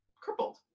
crippled